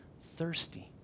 thirsty